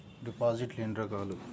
డిపాజిట్లు ఎన్ని రకాలు?